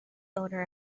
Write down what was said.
owner